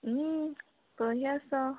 কৰি আছ